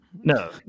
No